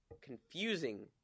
confusing